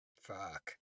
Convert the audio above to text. Fuck